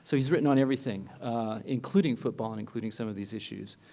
so he's written on everything including football and including some of these issues.